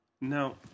Now